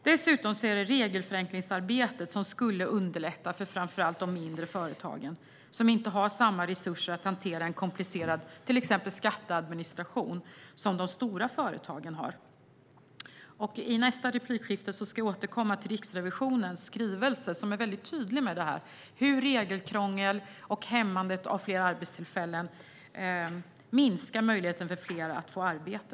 Dessutom skulle regelförenklingsarbetet underlätta för framför allt de mindre företagen som inte har samma resurser som de stora företagen att hantera till exempel en komplicerad skatteadministration. I nästa replikskifte ska jag återkomma till Riksrevisionens skrivelse som är mycket tydlig med det här om hur regelkrångel och hämmandet av fler arbetstillfällen minskar möjligheten för fler att få arbete.